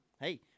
hey